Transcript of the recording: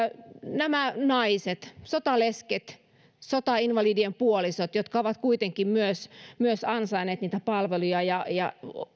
nämä naiset sotalesket sotainvalidien puolisot jotka ovat kuitenkin myös myös ansainneet niitä palveluja ja ja